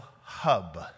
hub